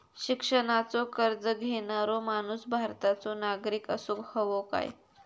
शिक्षणाचो कर्ज घेणारो माणूस भारताचो नागरिक असूक हवो काय?